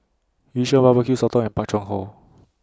Yu Sheng Barbeque Sotong and Pak Thong Ko